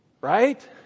right